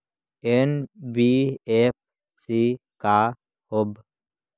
NBFC का होब?